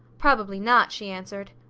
probably not, she answered.